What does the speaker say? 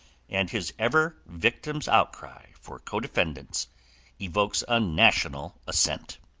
and his ever victim's outcry for codefendants evokes a national assent.